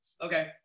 okay